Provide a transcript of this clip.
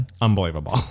Unbelievable